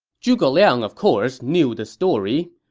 zhuge liang, of course, knew the story.